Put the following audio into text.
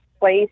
place